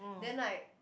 then like